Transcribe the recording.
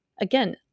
Again